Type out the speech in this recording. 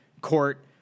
court